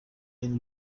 این